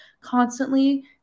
constantly